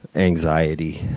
anxiety,